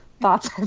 thoughts